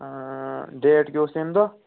date کیٛاہ اوس تمہِ دۄہ